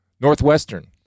Northwestern